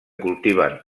cultiven